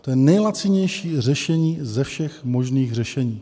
To je nejlacinější řešení ze všech možných řešení.